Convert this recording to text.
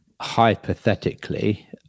hypothetically